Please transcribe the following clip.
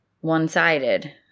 one-sided